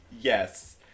Yes